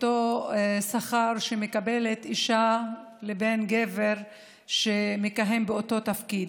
בין שכר שמקבלת אישה לבין שכר של גבר שמכהן באותו תפקיד.